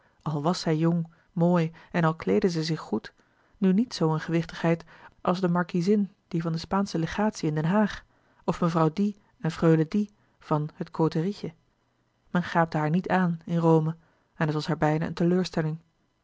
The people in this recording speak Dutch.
al was zij jong mooi en al kleedde zij zich goed nu niet zoo eene gewichtigheid als de markiezin die van de spaansche legatie in den haag of mevrouw die en freule die van het côterietje men gaapte haar niet aan in rome en het was haar bijna eene teleurstelling